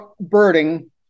birding